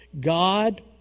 God